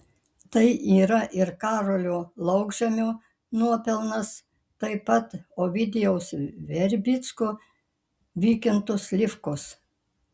tai yra ir karolio laukžemio nuopelnas taip pat ovidijaus verbicko vykinto slivkos